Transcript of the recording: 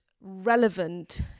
relevant